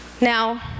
Now